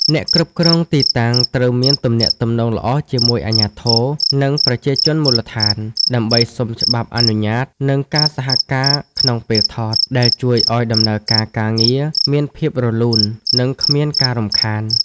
អ្នកគ្រប់គ្រងទីតាំងត្រូវមានទំនាក់ទំនងល្អជាមួយអាជ្ញាធរ និងប្រជាជនមូលដ្ឋាន ដើម្បីសុំច្បាប់អនុញ្ញាត និងការសហការក្នុងពេលថត ដែលជួយឱ្យដំណើរការការងារមានភាពរលូន និងគ្មានការរំខាន។